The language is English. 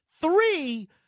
Three